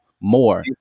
more